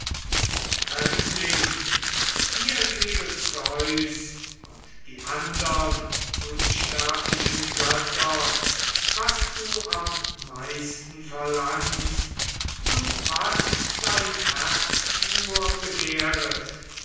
fremdling dir gebe zeus und die andern unsterblichen götter was du am meisten verlangst und was dein herz nur begehret